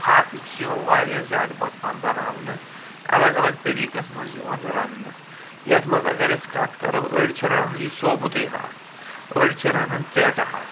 ہاکٕکۍ چھِ یوان واریاہ زیادٕ پکوان بناونہٕ الگ الگ طریٖقس منٛز یوان رننہٕ یتھ منٛز اگر أسی کتھ کرو اٲڈۍ چھِ رنان یہِ سوبوٗتے ہاکھ أڈۍ چھِ رنان ژیٹہٕ ہاکھ